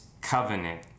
covenant